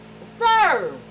sir